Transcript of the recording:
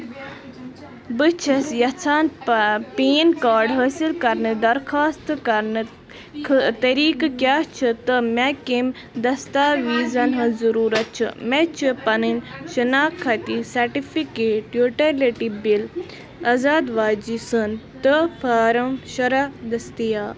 بہٕ چھَس یژھان پہ پین کارڈ حٲصِل کرٕنۍ درخاستہٕ کرنک خٲ طریقہٕ کیٛاہ چھِ تہٕ مےٚ کَمہِ دستاویٖزن ہٕنٛز ضٔروٗرت چھِ مےٚ چھِ پنٕنۍ شناختی سرٹیفکیٹ یوٗٹِلِٹی بِل آزادواجی سُنٛد تہٕ فارم شُراہ دٔستِیاب